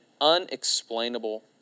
unexplainable